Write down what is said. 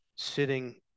sitting